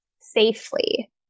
safely